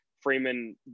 Freeman